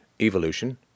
evolution